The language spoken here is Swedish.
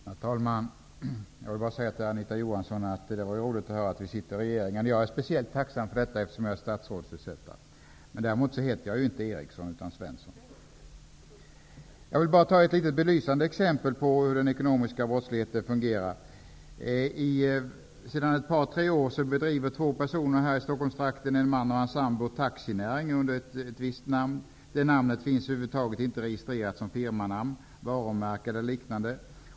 Herr talman! Jag vill bara säga till Anita Johansson att det var roligt att höra att kds sitter i regeringen. Jag är speciellt tacksam för detta, eftersom jag är statsrådsersättare. Men däremot heter jag inte Jag har ett litet belysande exempel på hur den ekonomiska brottsligheten fungerar. Sedan ett par tre år berdriver två personer i Stockholmstrakten, en man och hans sambo, näring under ett visst namn. Det namnet finns över huvud taget inte registrerat som firmanamn, varumärke eller liknande.